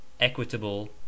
Equitable